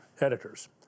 editors